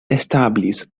establis